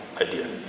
idea